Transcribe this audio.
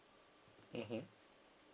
mmhmm